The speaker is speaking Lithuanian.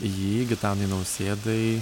jį gitanui nausėdai